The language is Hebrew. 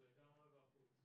הוא לגמרי בחוץ.